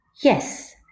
Yes